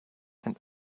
and